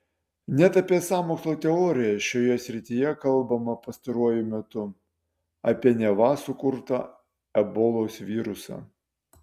net apie sąmokslo teorijas šioje srityje kalbama pastaruoju metu apie neva sukurtą ebolos virusą